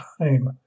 time